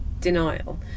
denial